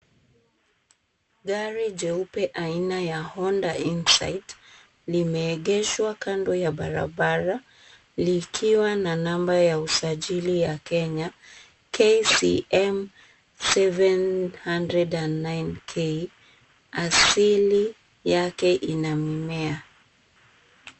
Gari jeupe aina ya Honda Insite, limeegeshwa kando ya barabara, likiwa na namba ya usajili ya Kenya KCM 709K. Asili yake ina mimea.